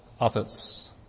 others